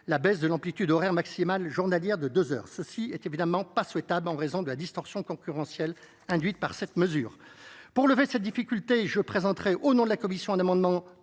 la baisse de l’amplitude horaire maximale journalière de deux heures. Ce n’est évidemment pas souhaitable, en raison de la distorsion concurrentielle induite par une telle mesure. Pour lever cette difficulté, je présenterai, au nom de la commission, un amendement